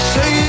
Say